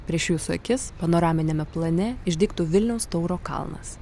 prieš jūsų akis panoraminiame plane išdygtų vilniaus tauro kalnas